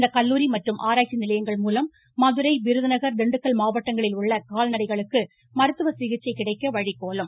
இந்த கல்லூரி மற்றும் ஆராய்ச்சி நிலையங்கள் மூலம் மதுரை விருதுநகர் திண்டுக்கல் மாவட்டங்களில் உள்ள கால்நடைகளுக்கு மருத்துவ சிகிச்சை கிடைக்க வழிகோலும்